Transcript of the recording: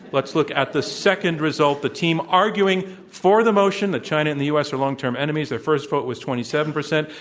let's look at the second result. the team arguing for the motion that china and the u. s. are long-term enemies, their first vote was twenty seven percent.